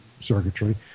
circuitry